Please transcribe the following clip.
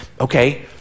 Okay